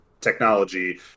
technology